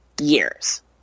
years